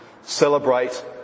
celebrate